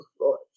Lord